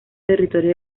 territorio